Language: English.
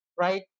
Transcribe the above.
Right